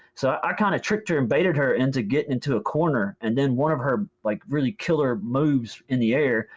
so i kinda tricked her and baited her to get into a corner and then one of her like really killer moves in the air,